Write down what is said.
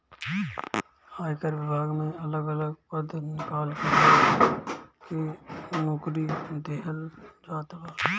आयकर विभाग में अलग अलग पद निकाल के लोग के नोकरी देहल जात बा